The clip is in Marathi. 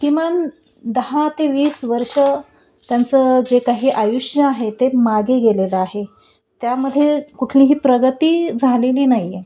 किमान दहा ते वीस वर्ष त्यांचं जे काही आयुष्य आहे ते मागे गेलेलं आहे त्यामध्ये कुठलीही प्रगती झालेली नाहीये